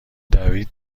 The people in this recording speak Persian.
دوید